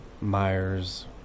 Myers